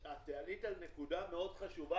עלית על נקודה חשובה מאוד,